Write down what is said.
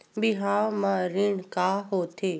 बिहाव म ऋण का होथे?